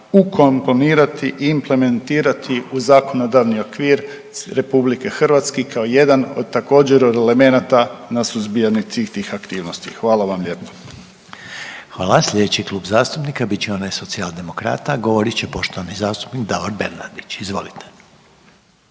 ukomponirati i implementirati u zakonodavni okvir RH kao jedan od također elemenata na suzbijanju tih aktivnosti. Hvala vam lijepo. **Reiner, Željko (HDZ)** Hvala. Sljedeći klub zastupnika bit će onaj Socijaldemokrata, govorit će poštovani zastupnik Davor Bernardić. Izvolite.